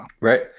Right